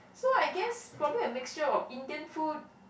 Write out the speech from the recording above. so I guess probably a mixture of Indian food